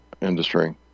industry